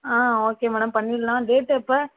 ஆ okay madam பண்ணிடலாம் date எப்போ